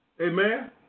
amen